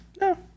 No